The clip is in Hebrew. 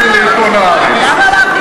מה עם עיתון "הארץ"?